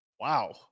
wow